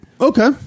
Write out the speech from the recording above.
Okay